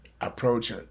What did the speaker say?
approach